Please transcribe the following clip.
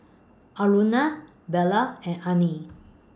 Aruna Bellur and Anil